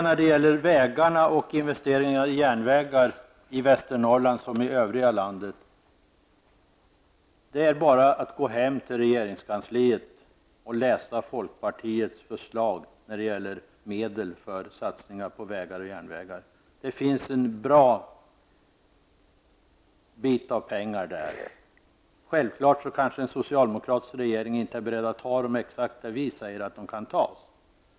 När det gäller vägarna och investeringar i järnvägar i Västernorrland lika väl som i övriga delar av landet vill jag säga: Det är bara att gå hem till regeringskansliet och läsa folkpartiets förslag om medel för satsningar på vägar och järnvägar. Det finns ganska mycket pengar där. En socialdemokratisk regering är kanske inte beredd att ta dessa pengar exakt där vi säger att de kan tas.